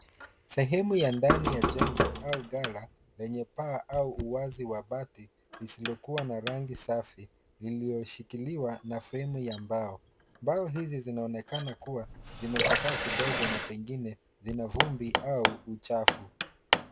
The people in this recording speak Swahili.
Sehemu ya ndani ya jengo au ghala, lenye paa au uwazi wa bati, lisilokuwa na rangi safi, liliyoshikiliwa na fremu ya mbao. Mbao hizi zinaonekana kuwa, zimechakaa kidogo na pengine, zina vumbi au uchafu.